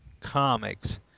comics